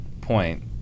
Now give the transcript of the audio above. point